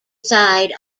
side